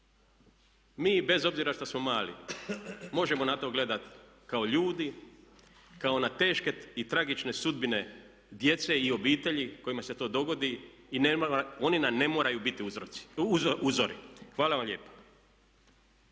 Mi bez obzira što smo mali možemo na to gledat kao ljudi, kao na teške i tragične sudbine djece i obitelji kojima se to dogodi i oni nam ne moraju biti uzori. Hvala vam lijepa.